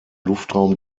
luftraum